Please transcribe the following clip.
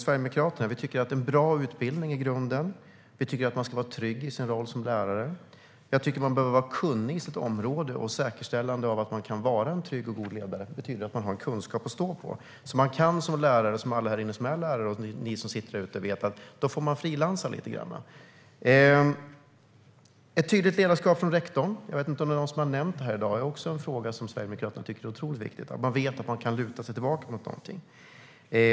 Sverigedemokraterna tycker att en bra utbildning är grunden. Vi tycker att man ska vara trygg i sin roll som lärare. Jag tycker att man behöver vara kunnig på sitt område. Säkerställandet av att man kan vara en trygg och god ledare betyder att man har kunskap att stå på. Då får man som lärare - det vet alla ni som är lärare - frilansa lite grann. Ett tydligt ledarskap från rektorn tycker Sverigedemokraterna är otroligt viktigt - att man vet att man kan luta sig tillbaka mot någonting. Jag vet inte om någon har nämnt det här i dag.